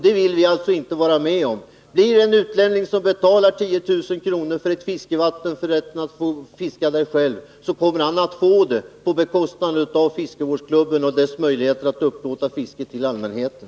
Det vill vi inte vara med om. Blir det t.ex. så att en utlänning vill betala 10 000 kronor för ensamrätten till fisket i en sjö, så kommer han att få den, på bekostnad av fiskevårdsklubben och dess möjligheter att upplåta fisket till allmänheten.